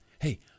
hey